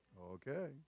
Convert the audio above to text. Okay